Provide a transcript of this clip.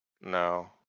No